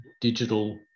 digital